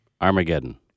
Armageddon